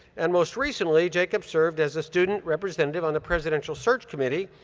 and most recently, jacob served as a student representative on the presidential search committee,